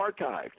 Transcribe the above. archived